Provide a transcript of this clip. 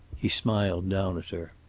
he smiled down at her.